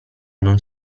non